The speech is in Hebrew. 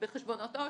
בחשבונות עו"ש.